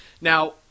Now